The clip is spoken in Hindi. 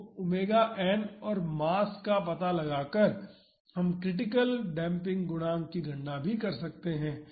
तो ⍵n और मास का पता लगाकर हम क्रिटिकल डेम्पिंग गुणांक की गणना कर सकते हैं